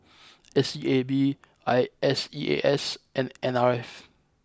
S E A B I S E A S and N R F